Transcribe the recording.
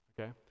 okay